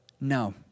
No